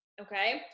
okay